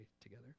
together